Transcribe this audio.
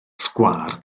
sgwâr